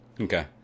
Okay